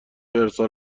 ارسال